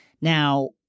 Now